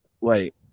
wait